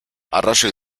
arrazoi